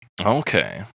Okay